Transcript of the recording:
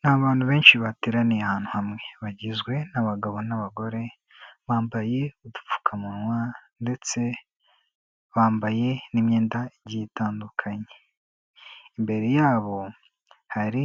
N'abantu benshi bateraniye ahantu hamwe, bagizwe abagabo n'abagore bambaye udupfukamunwa ndetse bambaye n'imyenda igiye itandukanye. Imbere yabo hari